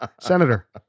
Senator